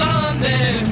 Sunday